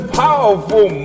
powerful